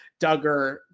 Duggar